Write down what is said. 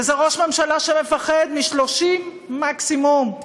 וזה ראש ממשלה שמפחד מ-30 משפחות, מקסימום,